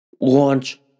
launch